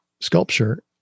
sculpture